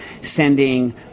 sending